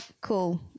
cool